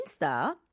Insta